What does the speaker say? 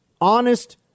honest